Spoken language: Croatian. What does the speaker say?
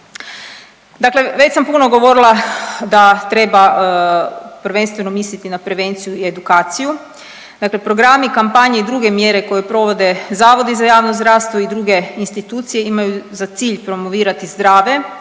Dakle, već sam puno govorila da treba prvenstveno misliti na prevenciju i edukaciju, dakle programi kampanje i druge mjere koje provode zavodi za javno zdravstvo i druge institucije imaju za cilj promovirati zdrave